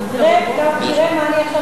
תראה מה אני עכשיו,